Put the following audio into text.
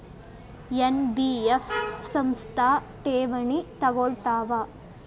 NBF ಸಂಸ್ಥಾ ಠೇವಣಿ ತಗೋಳ್ತಾವಾ?